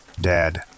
Dad